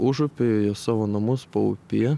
užupį į savo namus paupyje